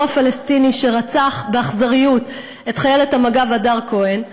הפלסטיני שרצח באכזריות את חיילת מג"ב הדר כהן,